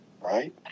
Right